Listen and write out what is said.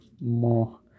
more